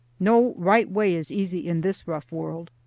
no right way is easy in this rough world.